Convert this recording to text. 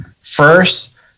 First